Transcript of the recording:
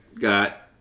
got